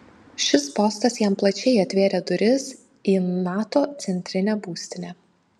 šis postas jam plačiai atvėrė duris į nato centrinę būstinę